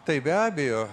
tai be abejo